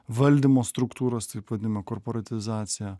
valdymo struktūros taip vadinamą korporatizaciją